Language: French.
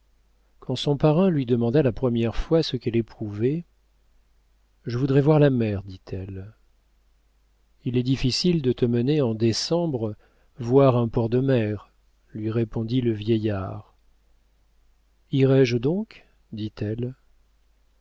quand son parrain lui demanda la première fois ce qu'elle éprouvait je voudrais voir la mer dit-elle il est difficile de te mener en décembre voir un port de mer lui répondit le vieillard irais-je donc dit-elle